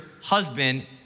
husband